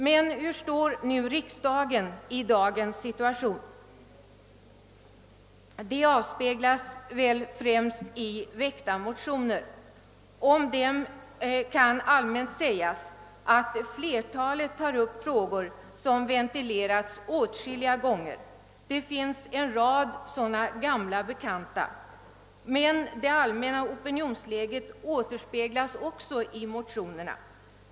Men var står nu riksdagen i dagens situation? Det avspeglas väl främst i väckta motioner. Om dem kan allmänt sägas, att flertalet tar upp frågor som har ventilerats åtskilliga gånger — det finns en rad sådana gamla bekanta — men det allmänna opinionsläget återspeglas också i motionerna.